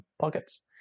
pockets